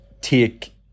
take